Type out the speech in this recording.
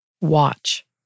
Watch